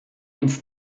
uns